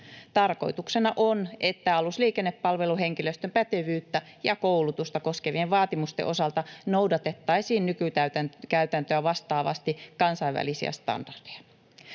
Tarkoituksena on, että alusliikennepalveluhenkilöstön pätevyyttä ja koulutusta koskevien vaatimusten osalta noudatettaisiin nykykäytäntöä vastaavasti kansainvälisiä standardeja.